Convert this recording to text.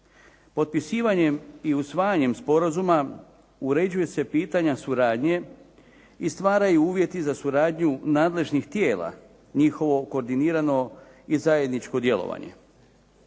Potpisivanjem i usvajanjem sporazuma uređuju se pitanja suradnje i stvaraju uvjeti za suradnju nadležnih tijela, njihovo koordinirano i zajedničko djelovanje.